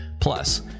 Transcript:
Plus